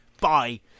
Bye